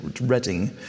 Reading